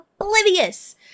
oblivious